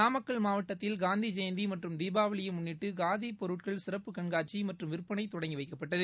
நாமக்கல் மாவட்டத்தில் காந்தி ஜெயந்தி மற்றும் தீபாவளியை முன்னிட்டு காதி பொருட்கள் சிறப்பு கண்காட்சி மற்றும் விற்பனை தொடங்கி வைக்கப்பட்டது